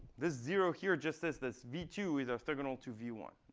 this zero here just says this v two is orthogonal to v one.